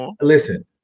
Listen